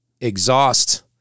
exhaust